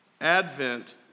Advent